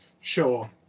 sure